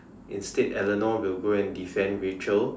instead Eleanor will go and defend Rachel